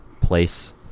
place